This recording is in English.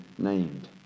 named